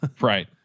right